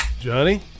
Johnny